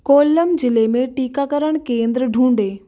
कोल्लम ज़िले में टीकाकरण केंद्र ढूँढें